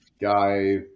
guy